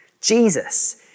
Jesus